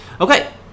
Okay